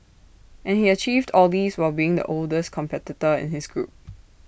and he achieved all this while being the oldest competitor in his group